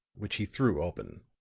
which he threw open.